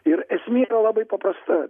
ir esmė labai paprasta